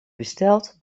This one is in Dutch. besteld